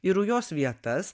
į rujos vietas